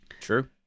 True